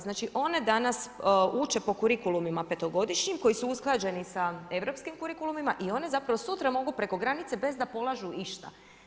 Znači one danas uče po kurikulumima petogodišnjim koji su usklađeni sa europskim kurikulumima i one zapravo sutra mogu preko granice bez da polažu išta.